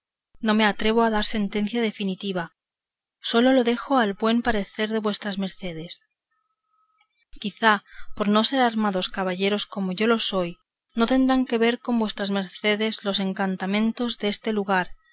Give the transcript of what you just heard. no me atrevo a dar sentencia difinitiva sólo lo dejo al buen parecer de vuestras mercedes quizá por no ser armados caballeros como yo lo soy no tendrán que ver con vuestras mercedes los encantamentos deste lugar